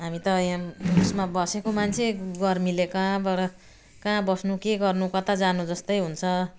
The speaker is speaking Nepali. हामी त यहाँ उयसमा बसेको मान्छे गर्मीले कहाँबाट कहाँ बस्नु के गर्नु कता जानु जस्तै हुन्छ